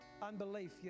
Unbelief